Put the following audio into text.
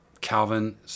calvin